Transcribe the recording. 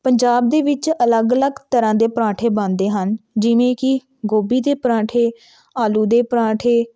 ਪੰਜਾਬ ਦੇ ਵਿੱਚ ਅਲੱਗ ਅਲੱਗ ਤਰ੍ਹਾਂ ਦੇ ਪਰਾਂਠੇ ਬਣਦੇ ਹਨ ਜਿਵੇਂ ਕਿ ਗੋਭੀ ਦੇ ਪਰਾਂਠੇ ਆਲੂ ਦੇ ਪਰਾਂਠੇ